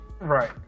right